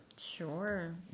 Sure